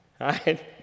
right